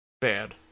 Bad